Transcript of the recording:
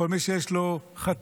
כל מי שיש לו חתן,